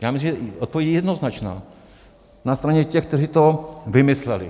Já myslím, že odpověď je jednoznačná: na straně těch, kteří to vymysleli.